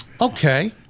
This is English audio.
okay